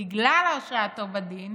בגלל הרשעתו בדין,